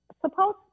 suppose